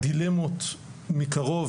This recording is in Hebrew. בבקשה.